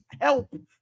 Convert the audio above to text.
help